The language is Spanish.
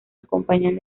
acompañan